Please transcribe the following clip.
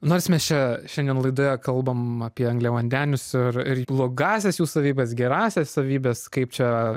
nors mes čia šiandien laidoje kalbam apie angliavandenius ir ir blogąsias jų savybes gerąsias savybes kaip čia